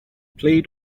plead